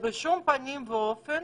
ובשום פנים ואופן